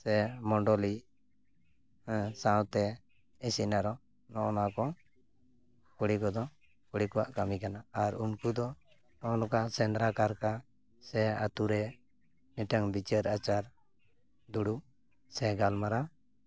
ᱥᱮ ᱢᱚᱰᱚᱞᱤ ᱦᱮᱸ ᱥᱟᱶᱛᱮ ᱤᱥᱤᱱ ᱟᱨᱚ ᱱᱚᱜᱼᱚᱭ ᱱᱟ ᱠᱚ ᱠᱩᱲᱤ ᱠᱚᱫᱚ ᱠᱩᱲᱤ ᱠᱚᱣᱟᱜ ᱠᱟᱹᱢᱤ ᱠᱟᱱᱟ ᱟᱨ ᱩᱱᱠᱩ ᱫᱚ ᱱᱚᱜᱼᱚᱭ ᱱᱚᱝᱠᱟ ᱥᱮᱸᱫᱽᱨᱟ ᱠᱟᱨᱠᱟ ᱥᱮ ᱟᱛᱳᱨᱮ ᱢᱤᱫᱴᱟᱝ ᱵᱤᱪᱟᱹᱨ ᱟᱪᱟᱨ ᱫᱩᱲᱩᱵ ᱥᱮ ᱜᱟᱞᱢᱟᱨᱟᱣ